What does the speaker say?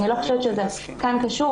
אני לא חושבת שזה קשור לכאן,